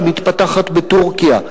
שמתפתחת בטורקיה,